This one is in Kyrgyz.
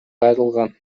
кайрылган